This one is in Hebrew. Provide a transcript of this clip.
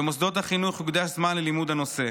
במוסדות החינוך יוקדש זמן ללימוד הנושא.